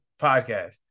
podcast